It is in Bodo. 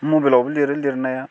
मबाइलावबो लिरो लिरनाया